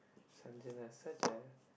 such a